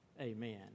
Amen